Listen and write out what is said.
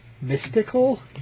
mystical